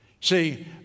See